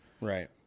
right